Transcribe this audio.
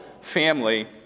family